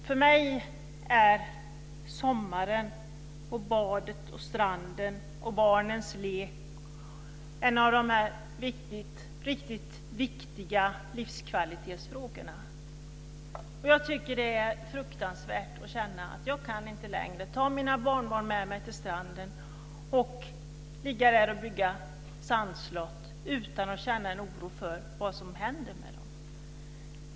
För mig är sommaren, badet, stranden och barnens lek en av de riktigt viktiga livskvalitetsfrågorna. Jag tycker att det är fruktansvärt att känna att jag inte längre kan ta mina barnbarn med mig till stranden, ligga där och bygga sandslott utan att känna en oro för vad som händer med dem.